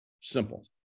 Simple